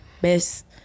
best